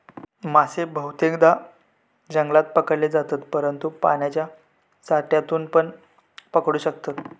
मासे बहुतेकदां जंगलात पकडले जातत, परंतु पाण्याच्या साठ्यातूनपण पकडू शकतत